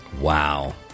Wow